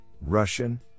Russian